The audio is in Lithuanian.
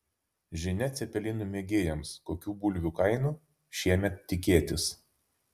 žinia cepelinų mėgėjams kokių bulvių kainų šiemet tikėtis